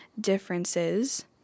differences